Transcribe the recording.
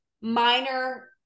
minor